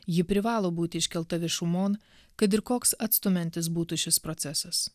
ji privalo būti iškelta viešumon kad ir koks atstumiantis būtų šis procesas